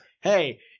hey